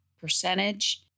percentage